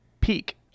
peak